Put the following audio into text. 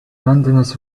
londoners